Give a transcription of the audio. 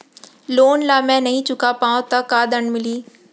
Loan ला मैं नही चुका पाहव त का दण्ड मिलही?